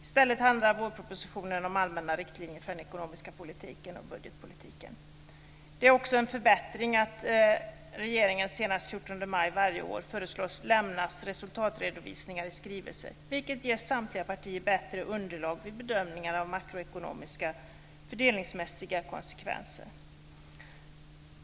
I stället handlar vårpropositionen om allmänna riktlinjer för den ekonomiska politiken och budgetpolitiken. Det är också en förbättring att regeringen senast den 14 maj varje år föreslås lämna resultatredovisningar i skrivelser, vilket ger samtliga partier bättre underlag vid bedömningar av makroekonomiska fördelningsmässiga konsekvenser.